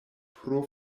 pro